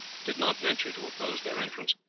did not venture to oppose their entrance,